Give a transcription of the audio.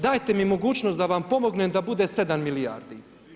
Dajte mi mogućnost da vam pomognem da bude 7 milijardi.